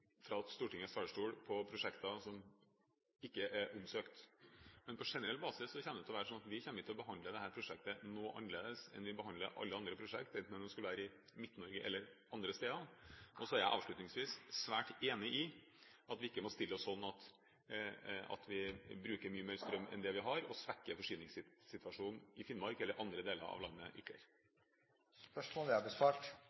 fra Stortingets talerstol av prosjekter som ikke er omsøkt. Men på generell basis vil det være sånn at vi ikke kommer til å behandle dette prosjektet noe annerledes enn vi behandler alle andre prosjekter, enten det skulle være i Midt-Norge eller andre steder. Avslutningsvis: Jeg er svært enig i at vi ikke må stille oss sånn at vi bruker mye mer strøm enn det vi har, og svekker forsyningssituasjonen i Finnmark eller andre deler av landet